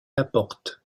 laporte